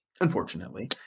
unfortunately